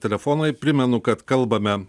telefonai primenu kad kalbame